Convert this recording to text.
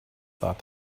thought